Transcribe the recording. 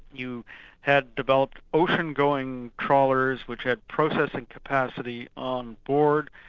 you had developed ocean-going trawlers which had processing capacity on board,